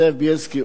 זאב בילסקי,